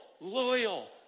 loyal